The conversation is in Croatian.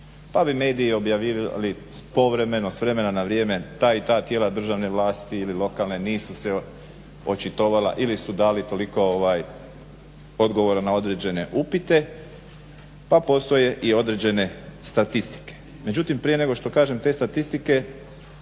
Pa bi mediji objavljivali povremeno, s vremena na vrijeme ta i ta tijela državne vlasti ili lokalne nisu se očitovala ili su dali toliko odgovora na određene upite, pa postoje i određene statistike. Međutim prije nego što kažem te statistike